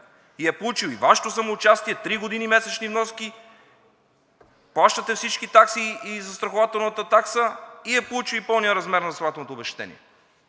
Получил е и Вашето самоучастие – три години месечни вноски, плащате всички такси и застрахователната такса, получил е и пълният размер на застрахователното обезщетение.